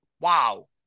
Wow